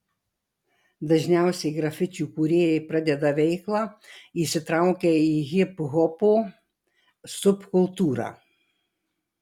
dažniausiai grafičių kūrėjai pradeda veiklą įsitraukę į hiphopo subkultūrą